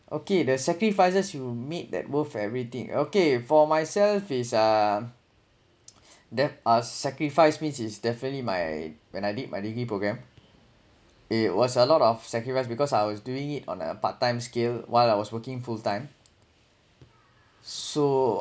okay the sacrifices you meet that move everything okay for myself is uh def~ uh sacrificed means is definitely my when I did my degree program it was a lot of sacrifice because I was doing it on a part time scale while I was working fulltime so